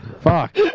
Fuck